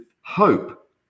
hope